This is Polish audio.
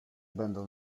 będą